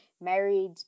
married